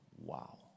Wow